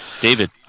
David